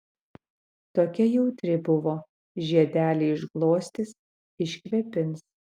tokia jautri buvo žiedelį išglostys iškvėpins